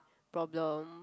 problem